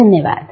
धन्यवाद